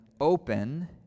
open